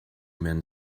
men